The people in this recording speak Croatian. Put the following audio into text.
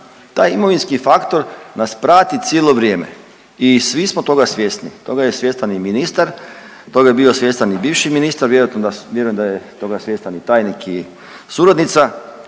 Taj imovinski faktor nas prati cijeli vrijeme i svi smo toga svjesni, toga je svjestan i ministar, toga je bio svjestan i bivši ministar, vjerujem da je toga svjestan i tajnik i suradnica,